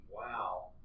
Wow